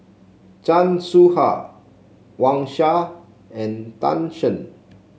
Chan Soh Ha Wang Sha and Tan Shen